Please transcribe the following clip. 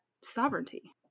sovereignty